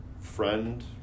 friend